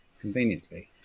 conveniently